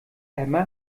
emma